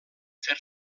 fer